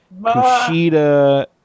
Kushida